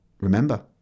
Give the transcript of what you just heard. Remember